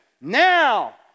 Now